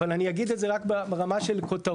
אבל אני אגיד את זה רק ברמה של כותרות.